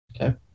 Okay